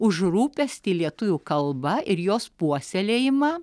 už rūpestį lietuvių kalba ir jos puoselėjimą